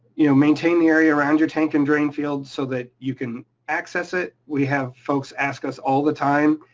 you know maintain the area around your tank and drain field so that you can access it. we have folks ask us all the time,